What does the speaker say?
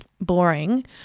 boring